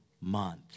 month